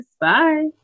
Bye